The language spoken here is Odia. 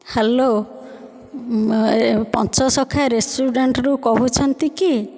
ହ୍ୟାଲୋ ପଞ୍ଚସଖା ରେଷ୍ଟୁରାଣ୍ଟରୁ କହୁଛନ୍ତି କି